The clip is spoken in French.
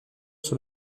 sur